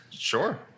sure